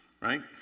right